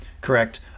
correct